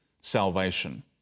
salvation